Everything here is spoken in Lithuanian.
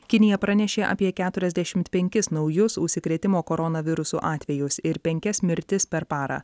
kinija pranešė apie keturiasdešimt penkis naujus užsikrėtimo koronavirusu atvejus ir penkias mirtis per parą